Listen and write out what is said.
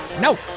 No